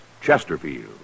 Chesterfield